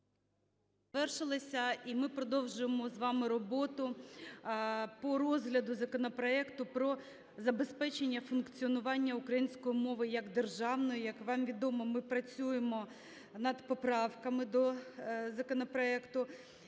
завершилася, і ми продовжуємо з вами роботи по розгляду законопроекту про забезпечення функціонування української мови як державної. Як вам відомо, ми працюємо над поправками до законопроекту